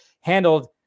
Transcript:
handled